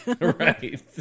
Right